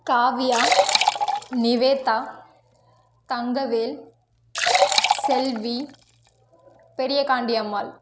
Kavya Niveda Thangavel Selvi Periyakandi Ammal